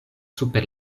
super